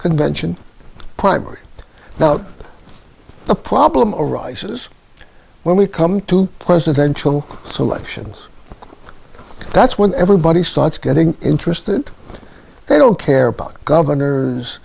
convention primary now the problem arises when we come to presidential elections that's when everybody starts getting interested they don't care about governors